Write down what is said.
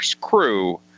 crew